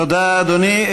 תודה, אדוני.